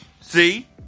See